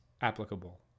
applicable